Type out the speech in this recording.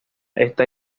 esta